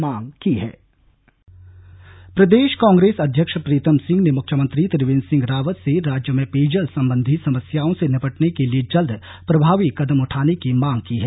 मांग प्रदेश कांग्रेस अध्यक्ष प्रीतम सिंह ने मुख्यमंत्री त्रिवेन्द्र सिंह रावत से राज्य में पेयजल संबंधी समस्याओं से निपटने के लिए जल्द प्रभावी कदम उठाने की मांग की है